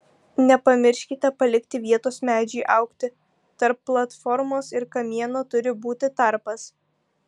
nepamirškite palikti vietos medžiui augti tarp platformos ir kamieno turi būti tarpas